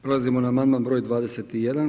Prelazimo na amandman br. 21.